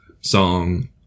song